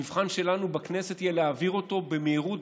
המבחן שלנו בכנסת יהיה להעביר אותו במהירות,